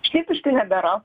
šnipiškių nebėra